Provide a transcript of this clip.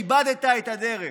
איבדת את הדרך.